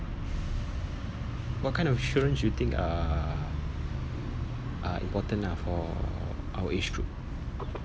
what kind of insurance you think uh are important lah for our age group